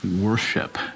worship